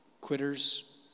Quitters